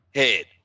head